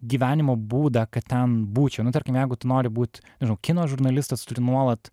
gyvenimo būdą kad ten būčiau nu tarkim jeigu tu nori būt nežinau kino žurnalistas tu turi nuolat